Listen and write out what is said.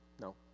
No